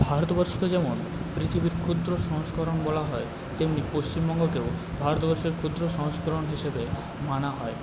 ভারতবর্ষ যেমন পৃথিবীর ক্ষুদ্র সংস্করণ বলা হয় তেমনি পশ্চিমবঙ্গকেও ভারতবর্ষের ক্ষুদ্র সংস্করণ হিসেবে মানা হয়